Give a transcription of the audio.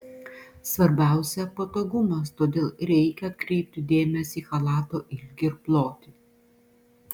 svarbiausia patogumas todėl reikia atkreipti dėmesį į chalato ilgį ir plotį